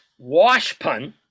Washpun